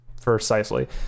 precisely